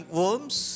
worms